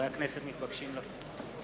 בבקשה לקום.